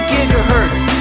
Gigahertz